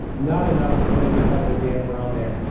not enough to put any type of damper on there.